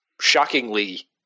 shockingly